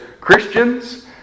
Christians